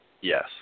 Yes